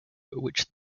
which